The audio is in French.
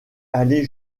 aller